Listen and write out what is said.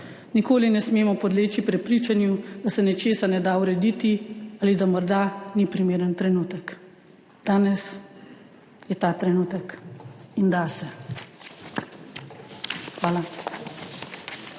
Nikoli ne smemo podleči prepričanju, da se nečesa ne da urediti ali da morda ni primeren trenutek. Danes je ta trenutek in da se! Hvala.